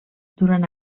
durant